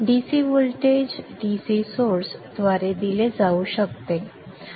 DC voltage DC source द्वारे दिले जाऊ शकते जसे की